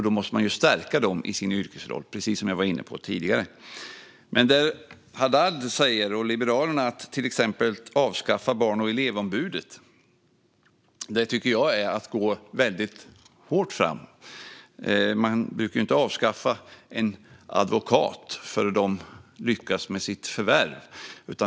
Då måste man stärka dem i deras yrkesroll, precis som jag var inne på tidigare. Att till exempel avskaffa Barn och elevombudet, som Haddad och Liberalerna säger, tycker jag är att gå väldigt hårt fram. Man brukar ju inte avskaffa en advokat för att de lyckas i sitt värv.